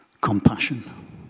compassion